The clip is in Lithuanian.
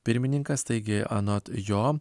pirmininkas taigi anot jo